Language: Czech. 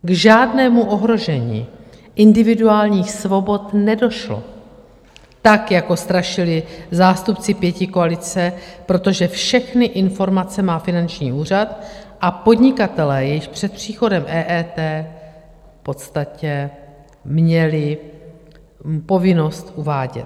K žádnému ohrožení individuálních svobod nedošlo, jak strašili zástupci pětikoalice, protože všechny informace má Finanční úřad a podnikatelé je již před příchodem EET v podstatě měli povinnost uvádět.